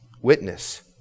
witness